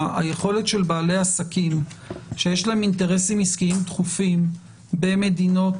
היכולת של בעלי עסקים שיש להם אינטרסים עסקיים דחופים במדינות